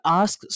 ask